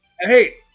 Hey